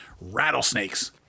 Rattlesnakes